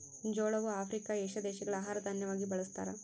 ಜೋಳವು Africa, Asia ದೇಶಗಳ ಆಹಾರ ದಾನ್ಯವಾಗಿ ಬಳಸ್ತಾರ